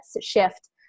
shift